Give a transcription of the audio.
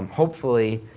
hopefully,